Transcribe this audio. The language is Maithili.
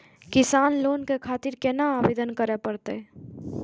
किसान लोन के खातिर केना आवेदन करें परतें?